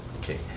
Okay